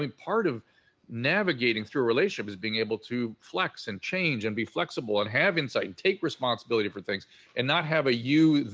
part of navigating through a relationship is being able to flex and change and be flexible and have insight and take responsibility for things and not have ah you,